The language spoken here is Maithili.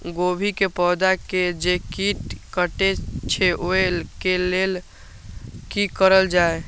गोभी के पौधा के जे कीट कटे छे वे के लेल की करल जाय?